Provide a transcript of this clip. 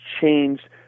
changed